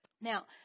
Now